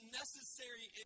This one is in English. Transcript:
necessary